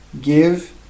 give